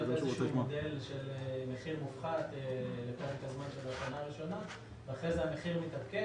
מציעות איזשהו מודל של מחיר מופחת לשנה הראשונה ואחר כך המחיר מתעדכן.